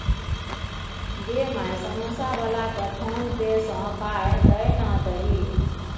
गै माय समौसा बलाकेँ फोने पे सँ पाय दए ना दही